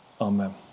Amen